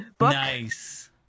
nice